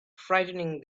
frightening